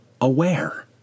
aware